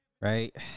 right